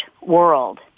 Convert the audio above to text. world